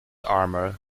armor